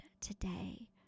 today